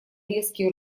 резкий